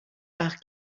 par